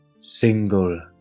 Single